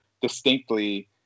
distinctly